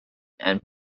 and